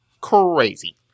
crazy